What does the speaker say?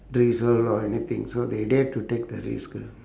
drizzle or anything so they dare to take the risk ah